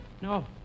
No